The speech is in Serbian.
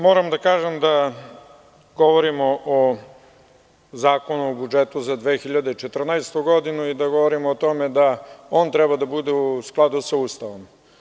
Moram da kažem da govorimo o Zakonu o budžetu za 2014. godinu i da govorimo o tome da on treba da bude u skladu sa Ustavom.